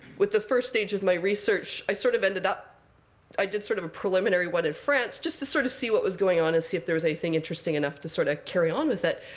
with the first stage of my research i sort of ended up i did sort of a preliminary one in france, just to sort of see what was going on and see if there was anything interesting enough to ah carry on with it.